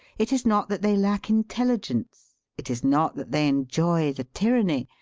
it is not that they lack intelligence. it is not that they enjoy the tyranny.